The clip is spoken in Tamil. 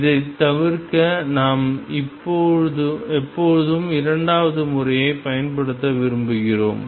இதைத் தவிர்க்க நாம் எப்போதும் இரண்டாவது முறையைப் பயன்படுத்த விரும்புகிறோம்